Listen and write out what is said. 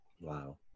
Wow